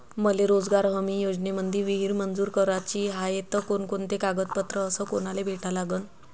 मले रोजगार हमी योजनेमंदी विहीर मंजूर कराची हाये त कोनकोनते कागदपत्र अस कोनाले भेटा लागन?